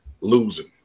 losing